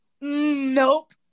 Nope